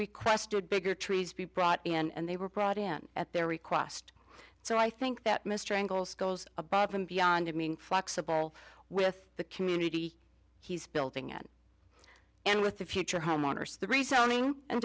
requested bigger trees be brought in and they were brought in at their request so i think that mr engels goes above and beyond i mean flexible with the community he's building at and with the future homeowners the reselling and